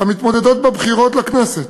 המתמודדות בבחירות לכנסת,